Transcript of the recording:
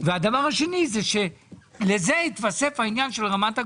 הדבר השני, שלזה התווסף העניין של רמת הגולן.